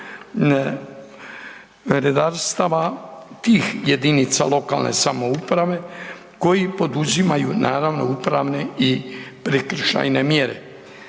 redarstava tih jedinica lokalne samouprave koji poduzimaju naravno upravne i prekršajne mjere.